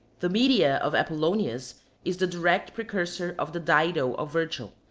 the medea of apollonius is the direct precursor of the dido of virgil,